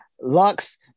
Lux